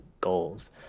goals